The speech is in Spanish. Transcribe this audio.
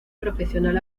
profesional